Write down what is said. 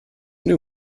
new